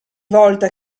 volta